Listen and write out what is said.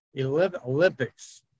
Olympics